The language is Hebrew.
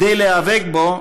כדי להיאבק בו,